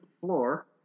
floor